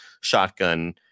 shotgun